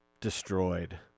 destroyed